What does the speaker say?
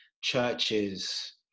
churches